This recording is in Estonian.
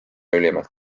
ülimalt